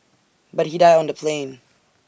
but he died on the plane